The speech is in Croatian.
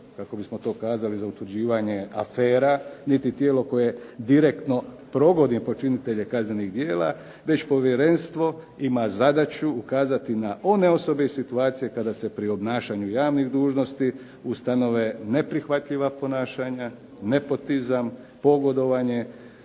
kako bismo to kazali, za utvrđivanje afera niti tijelo koje direktno progoni počinitelje kaznenih djela, već povjerenstvo ima zadaću ukazati na one osobe i situacije kada se pri obnašanju javnih dužnosti ustanove neprihvatljiva ponašanja, nepotizam, pogodovanje,